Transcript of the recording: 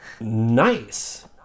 Nice